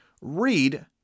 read